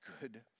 good